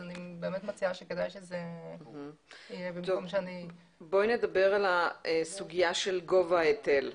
אז אני מציעה שכדאי שזה יהיה --- בואי נדבר על הסוגיה של גובה ההיטל.